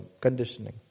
conditioning